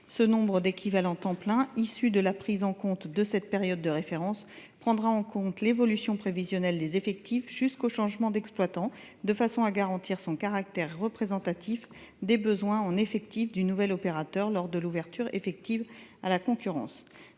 Ce nombre d’équivalents temps plein, issu de la prise en considération de cette période de référence, tiendra compte de l’évolution prévisionnelle des effectifs jusqu’au changement d’exploitant, de façon à garantir le caractère représentatif des besoins en effectifs du nouvel opérateur lors de l’ouverture effective à la concurrence.